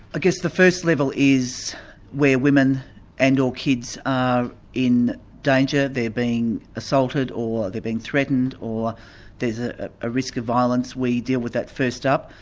guess the first level is where women and or kids are in danger. they're being assaulted or they're being threatened, or there's a ah risk of violence where you deal with that first up.